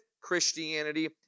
Christianity